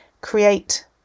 create